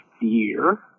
year